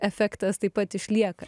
efektas taip pat išlieka